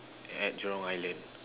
at Jurong island